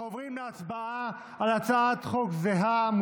אנחנו עוברים להצבעה על הצעת חוק זהה,